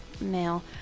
male